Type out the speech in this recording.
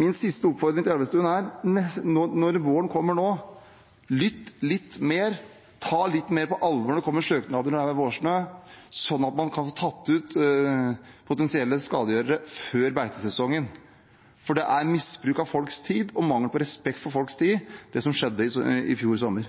Min siste oppfordring til Elvestuen er: Når våren kommer nå, lytt til mer, ta litt mer på alvor når det kommer søknader når det er vårsnø, sånn at man kan få tatt ut potensielle skadegjørere før beitesesongen. For det var misbruk av folks tid og mangel på respekt for folks tid det som